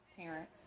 parents